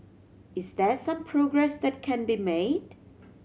is there some progress that can be made